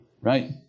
Right